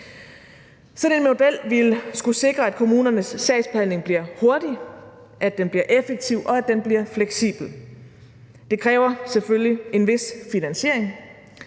Sådan en model ville skulle sikre, at kommunernes sagsbehandling bliver hurtig, at den bliver effektiv, og at den bliver fleksibel. Det kræver selvfølgelig en vis finansiering,